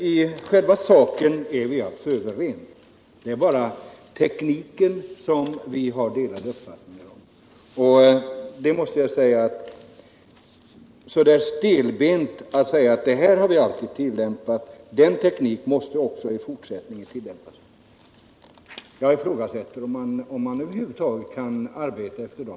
I själva sakfrågan är vi alltså överens. Det är bara i fråga om tekniken som vi har delade uppfattningar. Men jag ifrågasätter om man över huvud taget kan använda metoden att stelbent påstå att eftersom vi alltid tidigare har tillämpat den tekniken måste vi göra det också i fortsättningen.